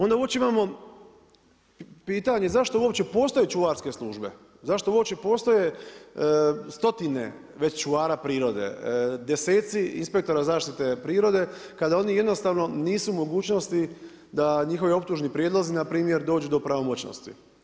Onda … imamo pitanje zašto uopće postoje čuvarske službe, zašto uopće postoje stotine već čuvara prirode, deseci inspektora zaštite prirode kada oni jednostavno nisu u mogućnosti da njihovi optužni prijedlozi npr. dođu do pravomoćnosti?